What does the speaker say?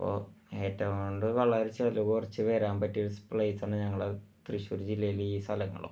അപ്പോൾ ഏറ്റവും കൊണ്ട് വളരെ ചിലവു കുറച്ച് വരാന് പറ്റിയ ഒരു പ്ലെയിസാണ് ഞങ്ങളുടെ തൃശ്ശൂര് ജില്ലയിലെ ഈ സ്ഥലങ്ങളൊക്കെ